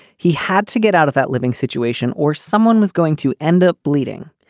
he had to get out of that living situation or someone was going to end up bleeding.